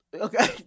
okay